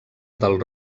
del